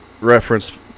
reference